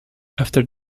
after